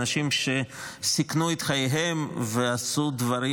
אנשים שסיכנו את חייהם ועשו דברים